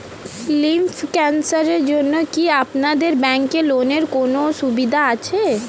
Lymph ক্যানসারের জন্য কি আপনাদের ব্যঙ্কে লোনের কোনও সুবিধা আছে?